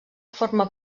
forma